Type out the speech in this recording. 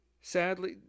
Sadly